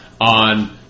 on